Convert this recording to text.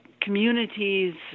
communities